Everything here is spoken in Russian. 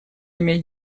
имеет